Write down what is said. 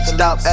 Stop